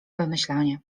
wymyślanie